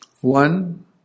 One